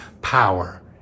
power